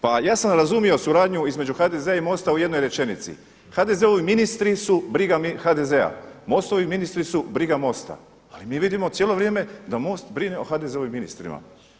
Pa ja sam razumio suradnju između HDZ-a i MOST-a u jednoj rečenici, HDZ-ovi ministri su briga HDZ-a, MOST-ovi ministri su briga MOST-a, ali mi vidimo cijelo vrijeme da MOST brine o HDZ-ovim ministrima.